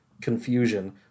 confusion